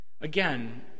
Again